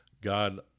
God